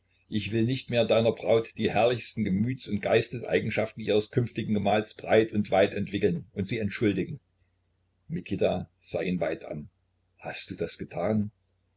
ich will nicht mehr deiner braut die herrlichen gemüts und geisteseigenschaften ihres künftigen gemahls breit und weit entwickeln und sie entschuldigen mikita sah ihn weit an hast du das getan